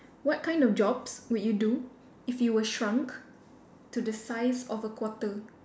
what kind of jobs would you do if you were shrunk to the size of a quarter